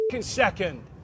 second